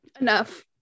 enough